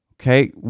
Okay